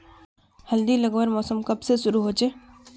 हल्दी लगवार मौसम कब से शुरू होचए?